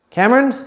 Cameron